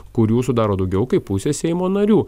kurių sudaro daugiau kaip pusė seimo narių